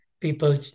people